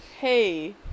hey